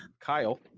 kyle